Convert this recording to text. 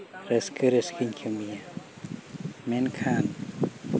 ᱨᱟᱹᱥᱠᱟᱹ ᱨᱟᱹᱥᱠᱤᱧ ᱠᱟᱹᱢᱤᱭᱟ ᱢᱮᱱᱠᱷᱟᱱ